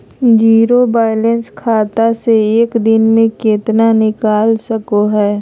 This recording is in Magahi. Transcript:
जीरो बायलैंस खाता से एक दिन में कितना निकाल सको है?